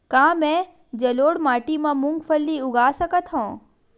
का मैं जलोढ़ माटी म मूंगफली उगा सकत हंव?